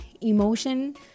emotion